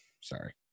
sorry